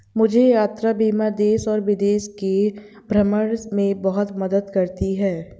मुझे यात्रा बीमा देश और विदेश के भ्रमण में बहुत मदद करती है